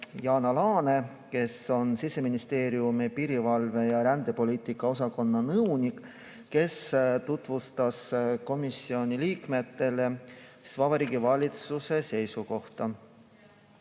Jana Laane, kes on Siseministeeriumi piirivalve‑ ja rändepoliitika osakonna nõunik ning kes tutvustas komisjoni liikmetele Vabariigi Valitsuse seisukohta.